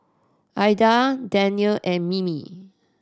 Aida Danielle and Mimi